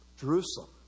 Jerusalem